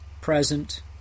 present